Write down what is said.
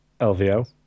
LVO